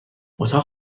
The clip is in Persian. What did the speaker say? اتاق